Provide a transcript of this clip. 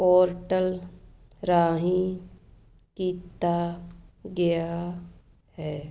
portal ਰਾਹੀਂ ਕੀਤਾ ਗਿਆ ਹੈ